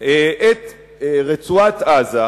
את רצועת-עזה,